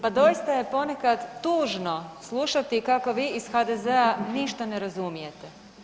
Pa doista je ponekad tužno slušati kako vi iz HDZ-a ništa ne razumijete.